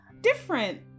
different